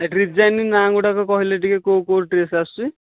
design ନାଁ ଗୁଡ଼ା କହିଲେ ଟିକେ କେଉଁ କେଉଁ ଡ୍ରେସ୍ ଆସୁଛି